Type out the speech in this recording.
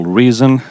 reason